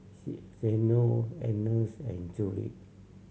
Zeno Angus and Judith